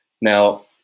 now